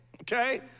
Okay